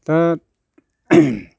दा